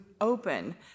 open